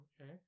Okay